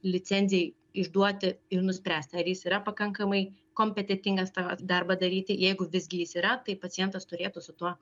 licencijai išduoti ir nuspręsti ar jis yra pakankamai kompetentingas tą darbą daryti jeigu visgi jis yra tai pacientas turėtų su tuo